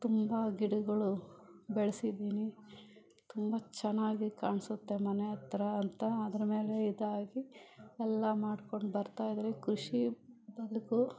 ತುಂಬ ಗಿಡಗಳು ಬೆಳ್ಸಿದ್ದೀನಿ ತುಂಬ ಚೆನ್ನಾಗಿ ಕಾಣಿಸುತ್ತೆ ಮನೆ ಹತ್ರ ಅಂತ ಅದರ ಮೇಲೆ ಇದಾಗಿ ಎಲ್ಲ ಮಾಡ್ಕೊಂಡು ಬರ್ತಾಯಿದ್ದಾರೆ ಕೃಷಿ ಬದುಕು